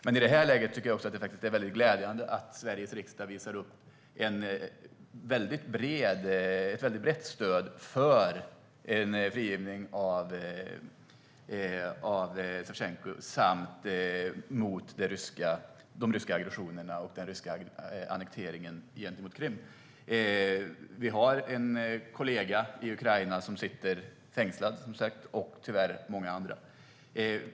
Men i det här läget tycker jag att det är väldigt glädjande att Sveriges riksdag visar upp ett brett stöd för en frigivning av Savtjenko och mot de ryska aggressionerna gentemot och den ryska annekteringen av Krim. Vi har en kollega i Ukraina som sitter fängslad, som sagt, och tyvärr många andra.